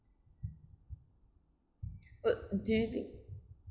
uh do you think